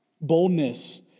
Boldness